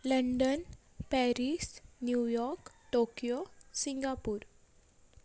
London Paris New York Tokyo Singapore